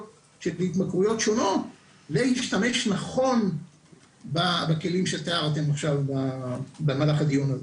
של התמכרויות שונות להשתמש נכון בכלים שתיארתם עכשיו במהלך הדיון הזה.